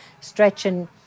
stretching